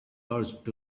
urged